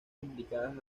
implicadas